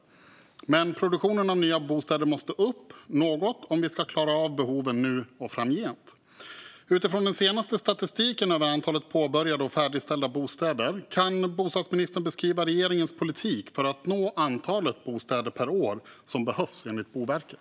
Produktionen av nya bostäder måste dock upp något om vi ska klara av behoven nu och framgent. Utifrån den senaste statistiken över antalet påbörjade och färdigställda bostäder - kan bostadsministern beskriva regeringens politik för att nå det antal bostäder per år som behövs enligt Boverket?